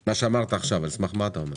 את זה?